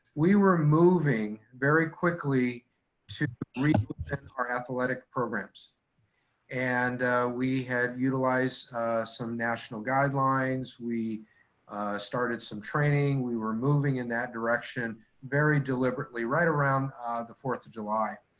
we were moving very quickly to reinvent our athletic programs and we had utilized some national guidelines. we started some training. we were moving in that direction very deliberately, right around the fourth of july.